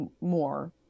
more